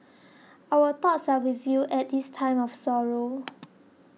our thoughts are with you at this time of sorrow